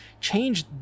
change